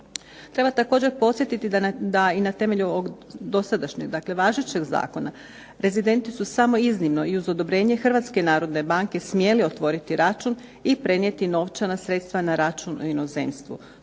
Treba također podsjetiti da i na temelju ovog dosadašnjeg dakle važećeg zakona rezidenti su samo iznimno i uz odobrenje Hrvatske narodne banke smjeli otvoriti račun i prenijeti novčana sredstva na račun u inozemstvu.